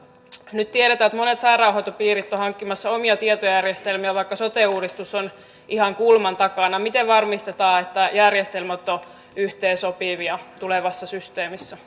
nyt tiedetään että monet sairaanhoitopiirit ovat hankkimassa omia tietojärjestelmiä vaikka sote uudistus on ihan kulman takana miten varmistetaan että järjestelmät ovat yhteensopivia tulevassa systeemissä